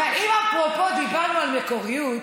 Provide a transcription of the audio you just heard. אבל אפרופו, אם דיברנו על מקוריות,